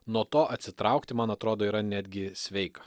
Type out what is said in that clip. nuo to atsitraukti man atrodo yra netgi sveika